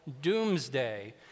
doomsday